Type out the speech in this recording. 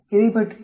இதைப் பற்றி என்ன